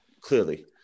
Clearly